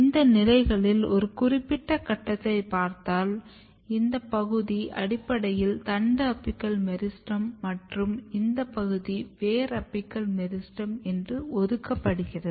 இந்த நிலைகளில் ஒரு குறிப்பிட்ட கட்டத்தில் பார்த்தால் இந்த பகுதி அடிப்படையில் தண்டு அபிக்கல் மெரிஸ்டெம் மற்றும் இந்த பகுதி வேர் அபிக்கல் மெரிஸ்டெம் என ஒதுக்கப்படுகிறது